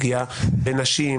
תביא תכל'ס,